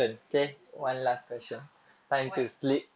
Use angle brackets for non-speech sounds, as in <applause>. it's time to sleep <laughs> what